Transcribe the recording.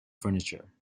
furniture